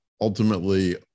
ultimately